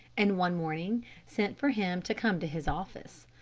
and one morning sent for him to come to his office.